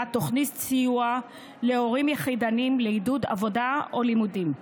תוכנית סיוע להורים יחידניים לעידוד עבודה או לימודים.